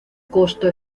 costo